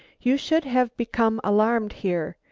you should have become alarmed here,